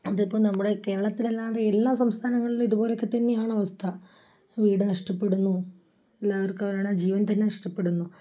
അതിപ്പോള് നമ്മുടെ കേരളത്തിലല്ലാതെ എല്ലാ സംസ്ഥാനങ്ങളിലും ഇതുപോലെയൊക്കെ തന്നെയാണ് അവസ്ഥ വീട് നഷ്ടപ്പെടുന്നു എല്ലാവർക്കും അവരുടെ ജീവൻ തന്നെ നഷ്ടപ്പെടുന്നു